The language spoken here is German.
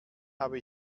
habe